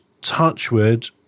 touchwood